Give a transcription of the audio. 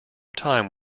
time